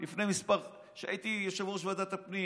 כשהייתי יושב-ראש ועדת הפנים